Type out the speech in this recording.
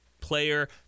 player